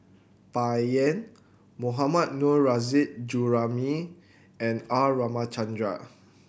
Bai Yan Mohammad Nurrasyid Juraimi and R Ramachandran